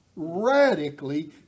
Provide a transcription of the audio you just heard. radically